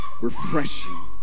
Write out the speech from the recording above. refreshing